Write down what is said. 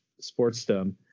sportsdom